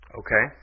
okay